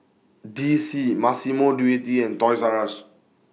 D C Massimo Dutti and Toys R US